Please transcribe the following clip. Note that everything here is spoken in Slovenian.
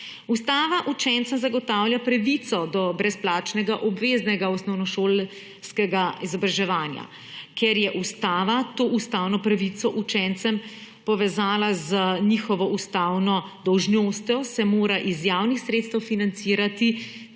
Ustava učencem zagotavlja pravico do brezplačnega obveznega osnovnošolskega izobraževanja. Ker je ustava to ustavno pravico učencem povezala z njihovo ustavno dolžnostjo, se mora iz javnih sredstev financirati